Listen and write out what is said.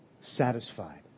satisfied